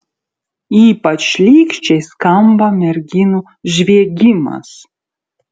ypač šlykščiai skamba merginų žviegimas